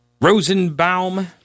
Rosenbaum